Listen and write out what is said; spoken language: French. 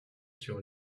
sur